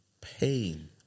pain